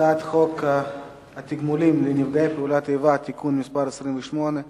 הצעת חוק התגמולים לנפגעי פעולות איבה (תיקון מס' 28),